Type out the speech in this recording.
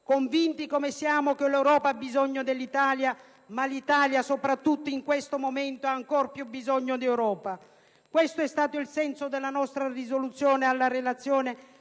convinti come siamo che l'Europa ha bisogno dell'Italia, ma l'Italia, soprattutto in questo momento, ha ancor più bisogno di Europa. Questo è stato il senso della nostra risoluzione alla Relazione